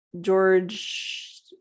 george